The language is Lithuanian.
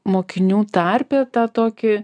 mokinių tarpe tą tokį